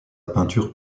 peinture